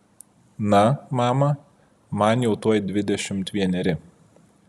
na mama man jau tuoj dvidešimt vieneri